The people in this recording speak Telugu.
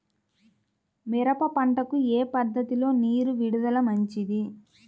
మిరప పంటకు ఏ పద్ధతిలో నీరు విడుదల మంచిది?